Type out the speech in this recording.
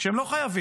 כשהם לא חייבים.